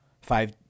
five